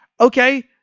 Okay